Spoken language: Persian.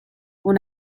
اون